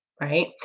Right